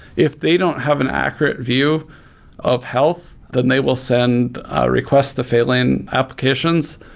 if they don't have an accurate view of health, then they will send a request to fail in applications,